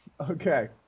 Okay